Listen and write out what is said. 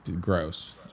gross